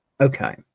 Okay